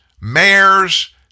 mayors